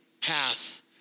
path